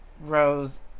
Rose